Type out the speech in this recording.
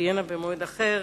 תהיינה במועד אחר.